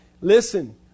Listen